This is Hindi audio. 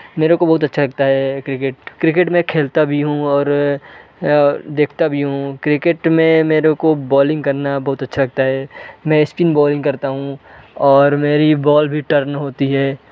मेरे को बहुत अच्छा लगता है क्रिकेट क्रिकेट मैं खेलता भी हूँ और देखता भी हूँ क्रिकेट में मेरे को बॉलिंग करना बहुत अच्छा लगता हे मैं स्पिन बॉलिंग करता हूँ और मेरी बॉल भी टर्न होती हे